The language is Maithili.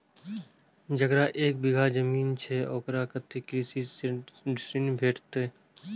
जकरा एक बिघा जमीन छै औकरा कतेक कृषि ऋण भेटत?